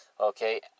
okay